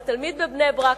לתלמיד בבני-ברק,